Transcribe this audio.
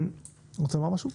רוצה לומר משהו?